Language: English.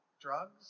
drugs